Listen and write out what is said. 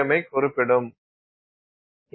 எம்ஐயும் குறிப்பிடவும்